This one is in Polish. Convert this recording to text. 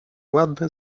ładne